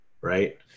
Right